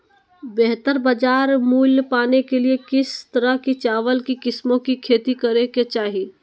बेहतर बाजार मूल्य पाने के लिए किस तरह की चावल की किस्मों की खेती करे के चाहि?